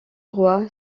roi